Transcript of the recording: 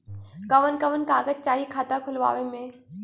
कवन कवन कागज चाही खाता खोलवावे मै?